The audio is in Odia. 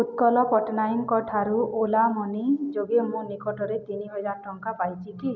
ଉତ୍କଳ ପଟ୍ଟନାୟକଙ୍କଠାରୁ ଓଲା ମନି ଯୋଗେ ମୁଁ ନିକଟରେ ତିନିହାଜର ଟଙ୍କା ପାଇଛି କି